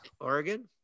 Oregon